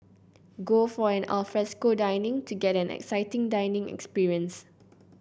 go for an alfresco dining to get an exciting dining experience